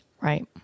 Right